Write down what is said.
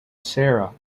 sara